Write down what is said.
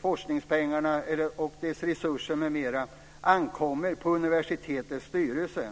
forskningspengar, resurser m.m. på universitetets styrelse.